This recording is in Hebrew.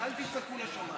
אני מתנצלת מראש,